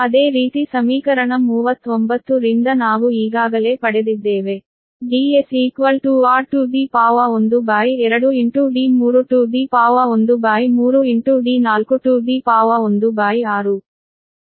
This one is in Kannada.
ಅದೇ ರೀತಿ ಸಮೀಕರಣ 39 ರಿಂದ ನಾವು ಈಗಾಗಲೇ ಪಡೆದಿದ್ದೇವೆ Ds r12d313d416 ಇಲ್ಲಿ r d3 ಮತ್ತು d4 ಅನ್ನು ಬದಲಿಸಿ